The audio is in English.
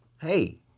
hey